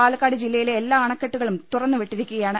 പാലക്കാട് ജില്ലയിലെ എല്ലാ അണക്കെട്ടുകളും തുറന്നുവിട്ടിരിക്കുകയാണ്